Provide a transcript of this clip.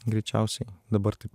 greičiausiai dabar taip